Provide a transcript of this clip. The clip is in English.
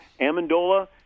Amendola